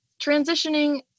transitioning